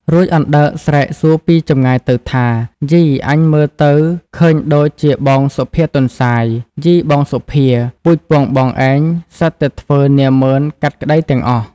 រួចអណ្ដើកស្រែកសួរពីចម្ងាយទៅថា៖ "យី! អញមើលទៅឃើញដូចជាបងសុភាទន្សាយ យីបងសុភា! ពូជពង្សបងឯងសុទ្ធតែធ្វើនាម៉ឺនកាត់ក្តីទាំងអស់។